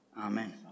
Amen